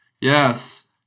Yes